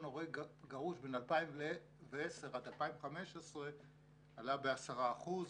הורה גרוש בין 2010 עד 2015 עלה ב-10 אחוזים.